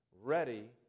Ready